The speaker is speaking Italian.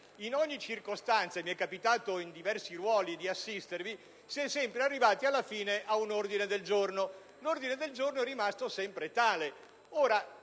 In ogni circostanza cui mi è capitato in diversi ruoli di assistere, si è sempre arrivati alla fine ad un ordine del giorno, che è rimasto sempre tale.